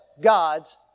God's